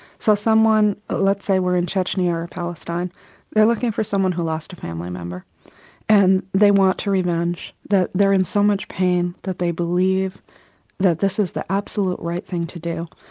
so someone, let's say we're in chechnya or palestine, they are looking for someone who lost a family member and they want to revenge, they are in so much pain that they believe that this is the absolute right thing to do.